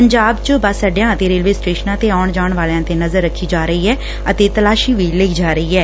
ਪੰਜਾਬ ਚ ਬੱਸ ਅੱਡਿਆਂ ਤੇ ਰੇਲਵੇ ਸਟੇਸ਼ਨਾਂ ਤੇ ਆਉਣ ਜਾਣ ਵਾਲਿਆਂ ਤੇ ਨਜ਼ਰ ਰੱਖੀ ਜਾ ਰਹੀ ਐ ਅਤੇ ਤਲਾਸ਼ੀ ਵੀ ਲਈ ਜਾ ਰਹੀ ਐ